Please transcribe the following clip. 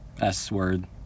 S-word